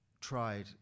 tried